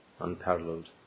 unparalleled